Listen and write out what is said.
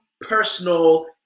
personal